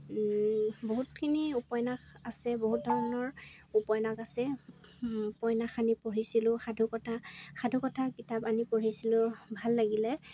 বহুতখিনি উপন্যাস আছে বহুত ধৰণৰ উপন্যাস আছে উপন্যাস আনি পঢ়িছিলোঁ সাধুকথা সাধুকথা কিতাপ আনি পঢ়িছিলোঁ ভাল লাগিলে